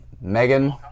Megan